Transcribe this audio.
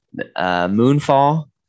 Moonfall